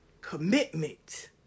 commitment